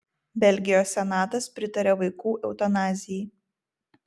belgijos senatas pritarė vaikų eutanazijai